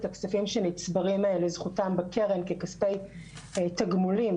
הכספים שנצברים לזכותם בקרן ככספי תגמולים,